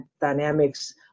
dynamics